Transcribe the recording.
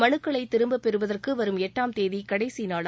மனுக்களை திரும்ப பெறுவதற்கு வரும் எட்டாம் தேதி கடைசிநாள்